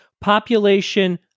Population